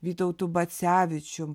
vytautu bacevičium